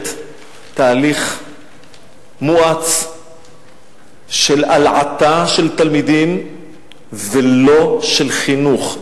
תהליך מואץ של הלעטה של תלמידים ולא של חינוך.